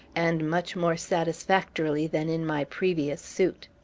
and much more satisfactorily than in my previous suit.